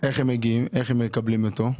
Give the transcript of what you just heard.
איך הם מקבלים אותו?